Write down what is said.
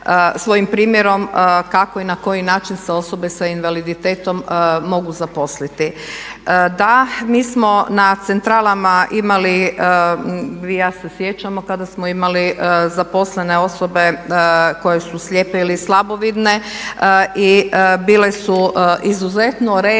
Svojim primjerom kako i na koji način se osobe sa invaliditetom mogu zaposliti. Da, mi smo na centralama imali ja se sjećam kada smo imali zaposlene osobe koje su slijepe ili slabovidne i bile su izuzetno revne